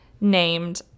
named